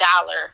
dollar